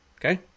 Okay